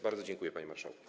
Bardzo dziękuję, panie marszałku.